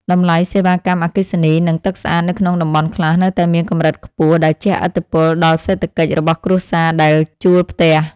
តម្លៃសេវាកម្មអគ្គិសនី និងទឹកស្អាតនៅក្នុងតំបន់ខ្លះនៅតែមានកម្រិតខ្ពស់ដែលជះឥទ្ធិពលដល់សេដ្ឋកិច្ចរបស់គ្រួសារដែលជួលផ្ទះ។